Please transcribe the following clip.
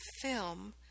film